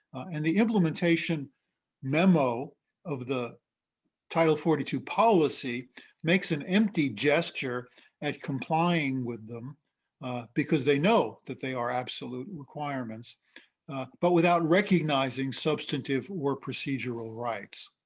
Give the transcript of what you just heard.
and the implementation memo of the title forty two policy makes an empty gesture at complying with them because they know that they are absolute requirements but without recognizing substantive or procedural rights.